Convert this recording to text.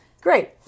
Great